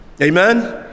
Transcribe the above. Amen